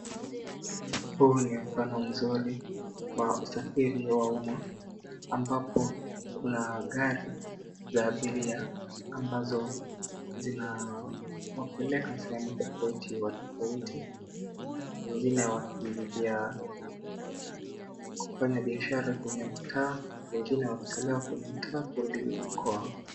Huu ni mfano mzuri wa usafiri wa umma ambapo kuna gari za abiria ambazo zinawapeleka sehemu tofauti watu tofauti wengine wakiingia kufanya biashara kwenye mtaa wengine wakitolewa kwenye mtaa kurudi makwao.